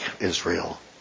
Israel